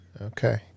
Okay